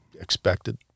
expected